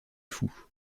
fou